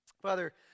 Father